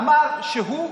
אמר שהוא,